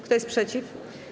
Kto jest przeciw?